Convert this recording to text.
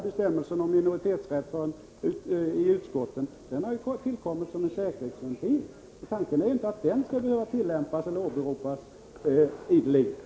Bestämmelsen om minoritetens rätt i utskottet har tillkommit som en säkerhetsventil. Tanken är inte att den skall behöva tillämpas och åberopas ideligen.